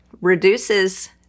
reduces